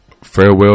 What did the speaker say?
farewell